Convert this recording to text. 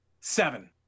Seven